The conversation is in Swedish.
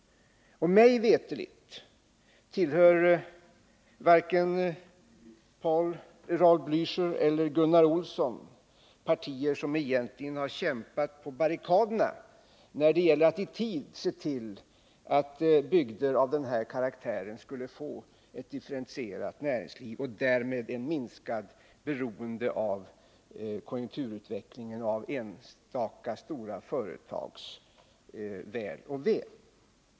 Mig veterligt tillhör varken Raul Blächer eller Gunnar Olsson partier som egentligen har kämpat på barrikaderna när det gäller att i tid se till att bygder av denna karaktär skulle få ett differentierat näringsliv och därmed ett minskat beroende av konjunkturutvecklingen och av enstaka stora företags väl och ve.